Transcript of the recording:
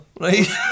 Right